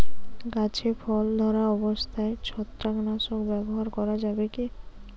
গাছে ফল ধরা অবস্থায় ছত্রাকনাশক ব্যবহার করা যাবে কী?